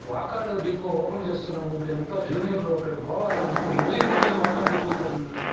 Vakadu depot open చేస్తున్నాము మీరంతా జూనియర్లు అక్కడికి పోవాలి అని చెప్పి మళ్ళీ మమ్మల్ని వాకాడు డిపోకి తరిమినారు